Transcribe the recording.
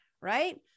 right